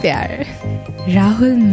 Rahul